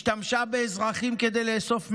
השתמשה באזרחים כדי לאסוף מידע,